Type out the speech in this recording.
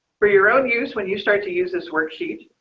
for your own use. when you start to use this worksheet.